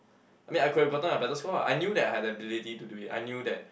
I mean I could have gotten a better score ah I knew that I have the ability to do it I knew that